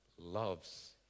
Loves